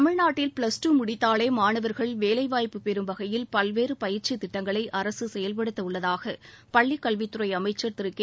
தமிழ்நாட்டில் ப்ளஸ்டூ முடித்தாலே மாணவர்கள் வேலைவாய்ப்பு பெறும் வகையில் பல்வேறு பயிற்சித் திட்டங்களை அரசு செயல்படுத்த உள்ளதாக பள்ளிக் கல்வித்துறை அமைச்சர் திரு கே